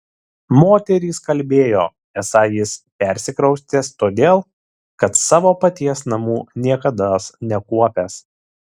moterys kalbėjo esą jis persikraustęs todėl kad savo paties namų niekados nekuopęs